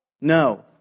No